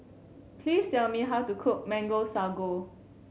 please tell me how to cook Mango Sago